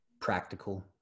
practical